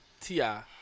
Tia